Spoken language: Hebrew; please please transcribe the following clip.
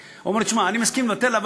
יש לך הפסד של 40 מיליון שקל אולי.